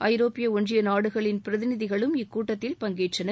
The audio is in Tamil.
ஐரோப்பிய ஒன்றியத்தின் நாடுகளின் பிரதிநிதிகளும் இக்கூட்டத்தில் பங்கேற்றனர்